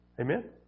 Amen